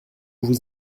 vous